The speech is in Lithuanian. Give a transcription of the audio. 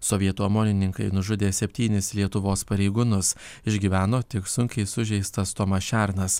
sovietų omonininkai nužudė septynis lietuvos pareigūnus išgyveno tik sunkiai sužeistas tomas šernas